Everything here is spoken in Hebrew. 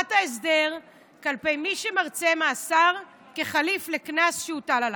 ותחולת ההסדר כלפי מי שמרצה מאסר כחליף לקנס שהוטל עליו,